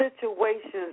situations